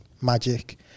magic